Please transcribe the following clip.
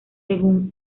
según